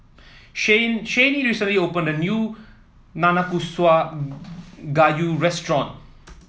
Shanae recently opened a new Nanakusa Gayu restaurant